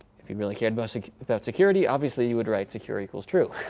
if you really care about like about security, obviously you would write secure equals true.